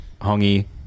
Hongi